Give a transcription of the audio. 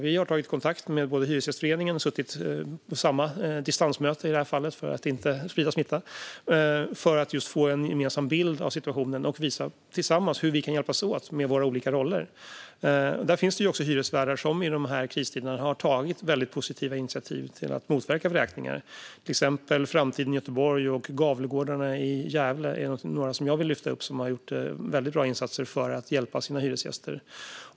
Vi har tagit kontakt med Hyresgästföreningen, och suttit i distansmöte för att inte sprida smitta, för att just få en gemensam bild av situationen och för att tillsammans visa hur vi kan hjälpas åt i våra olika roller. Det finns hyresvärdar som i dessa kristider har tagit mycket positiva initiativ för att motverka vräkningar. Till exempel Framtiden i Göteborg och Gavlegårdarna i Gävle är några som jag vill lyfta fram och som har gjort mycket bra insatser för att hjälpa sina hyresgäster.